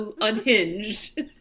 unhinged